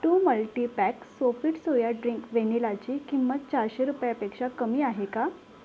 to multipacks Sofit soya drink वेनिलाची किंमत चारशे रुपयापेक्षा कमी आहे का